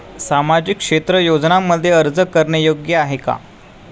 सामाजिक क्षेत्र योजनांमध्ये अर्ज करणे योग्य आहे का?